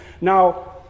now